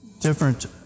different